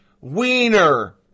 Wiener